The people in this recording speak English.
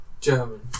German